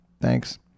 Thanks